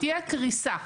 תהיה קריסה.